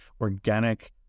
organic